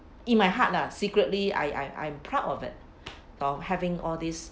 in my heart lah secretly I I'm proud of it of having all these